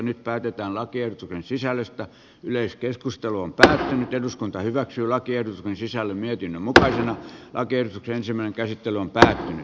nyt päätetään lakiehdotuksen sisällöstä yleiskeskustelun tänään eduskunta hyväksyi lakien sisällön mökin mutta agentti ensimmäinen käsittely on parin